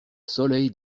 soleil